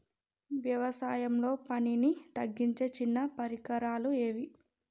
వ్యవసాయంలో పనిని తగ్గించే చిన్న పరికరాలు ఏవి?